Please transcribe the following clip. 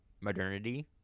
modernity